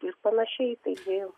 ir panašiai taigi